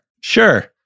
Sure